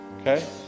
Okay